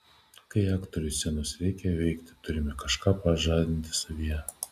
kai aktoriui scenoje reikia veikti turime kažką pažadinti savyje